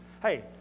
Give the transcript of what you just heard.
hey